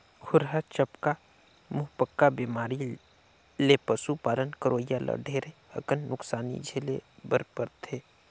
खुरहा चपका, मुहंपका बेमारी ले पसु पालन करोइया ल ढेरे अकन नुकसानी झेले बर परथे